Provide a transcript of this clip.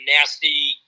nasty